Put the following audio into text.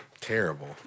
Terrible